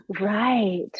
Right